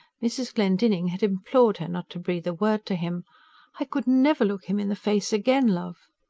mrs. glendinning had implored her not to breathe a word to him i could never look him in the face again, love!